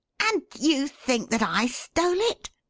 and you think that i stole it?